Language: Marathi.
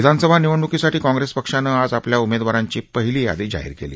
विधानसभा निवडणुकीसाठी काँग्रेस पक्षानं आज आपल्या उमेदवारांची पहिली यादी जाहीर केली